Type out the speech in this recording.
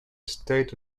state